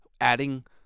adding